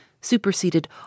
superseded